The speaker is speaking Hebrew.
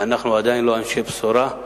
אנחנו עדיין לא אנשי בשורה.